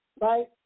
right